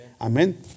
Amen